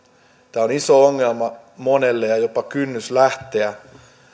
tämä on iso ongelma monelle ja ja jopa kynnys lähteä